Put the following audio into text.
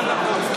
הצעת החוק.